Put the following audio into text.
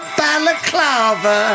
balaclava